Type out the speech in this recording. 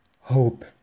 Hope